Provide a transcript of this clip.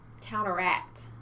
counteract